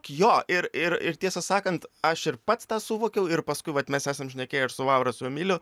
jo ir ir ir tiesą sakant aš ir pats tą suvokiau ir paskui vat mes esam šnekėję ir su laura su emiliu